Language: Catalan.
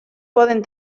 poden